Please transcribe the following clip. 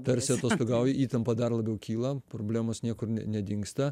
tarsi atostogauji įtampa dar labiau kyla problemos niekur nedingsta